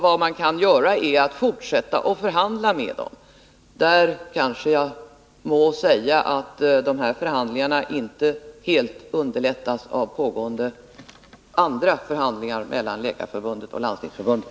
Vad man kan göra är att fortsätta att förhandla med dem. Där kanske jag må säga att dessa förhandlingar inte underlättas av pågående andra förhandlingar mellan Läkarförbundet och Landstingsförbundet.